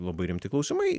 labai rimti klausimai